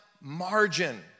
margin